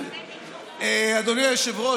אדוני היושב-ראש,